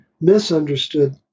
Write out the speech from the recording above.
misunderstood